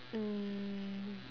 mm